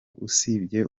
usibye